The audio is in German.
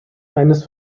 eines